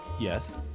Yes